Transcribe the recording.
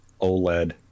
OLED